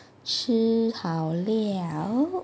吃好料